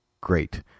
great